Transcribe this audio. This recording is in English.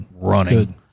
running